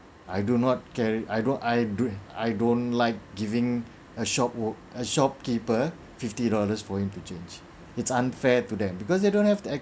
I do not carry I don't I do I don't like giving a shop or a shopkeeper fifty dollars for him to change it's unfair to them because they don't have to